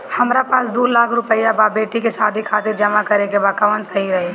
हमरा पास दू लाख रुपया बा बेटी के शादी खातिर जमा करे के बा कवन सही रही?